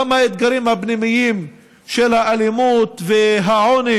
גם האתגרים הפנימיים של האלימות והעוני